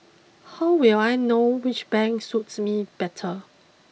how will I know which bank suits me better